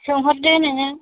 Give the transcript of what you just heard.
सोंहरदो नोङो